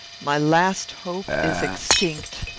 my last hope is extinct.